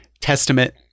testament